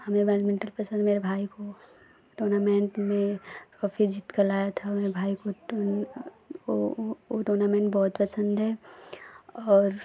हमें बैडमिंटन पसंद है भाई को टूर्नामेंट में ट्राफी जीत कर लाया था भाई को टूर्नामेंट बहुत पसंद है और